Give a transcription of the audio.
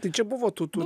tai čia buvo tų tų